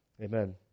Amen